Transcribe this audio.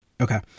Okay